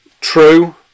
True